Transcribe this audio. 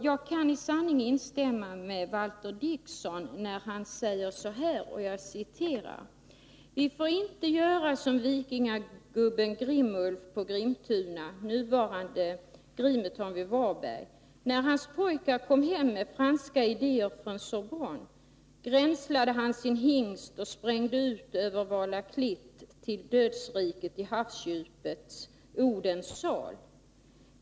Jag kan i sanning instämma med Walter Dickson, när han säger så här: ”Vi får inte göra som vikingagubben Grimulf på Grimtuna . När hans pojkar kom hem med franska idéer från Sorbonne grenslade han sin hingst och sprängde ut över Vala Klitt till dödsriket i havsdjupets Odens sal.